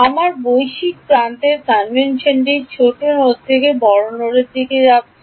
আমার বৈশ্বিক প্রান্তের কনভেনশনটি ছোট নোড থেকে বড় নোডের ঠিক আছে